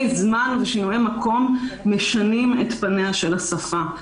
זמן ושינויי מקום משנים את פניה של השפה.